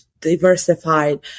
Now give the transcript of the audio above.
diversified